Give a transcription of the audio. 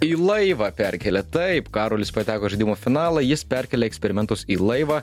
į laivą perkėlė taip karolis pateko į žaidimo finalą jis perkėlė eksperimentus į laivą